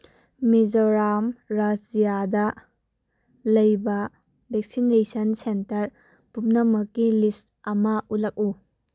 ꯃꯤꯖꯣꯔꯥꯝ ꯔꯥꯖ꯭ꯌꯥꯗ ꯂꯩꯕ vaccination centre ꯄꯨꯝꯅꯃꯛꯀꯤ ꯂꯤꯁ ꯑꯃ ꯎꯠꯂꯛꯎ